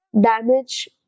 damage